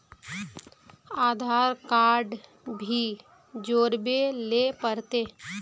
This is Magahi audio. आधार कार्ड भी जोरबे ले पड़ते?